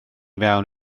mewn